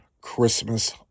Christmas